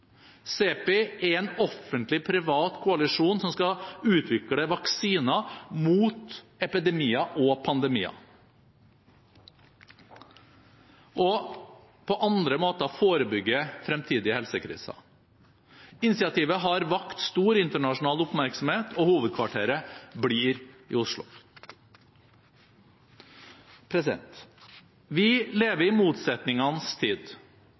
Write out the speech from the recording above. er en offentlig–privat koalisjon som skal utvikle vaksiner mot epidemier og pandemier, og på andre måter forebygge fremtidige helsekriser. Initiativet har vakt stor internasjonal oppmerksomhet, og hovedkvarteret blir i Oslo. Vi lever i motsetningenes tid.